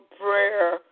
prayer